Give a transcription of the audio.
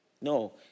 no